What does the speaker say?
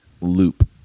loop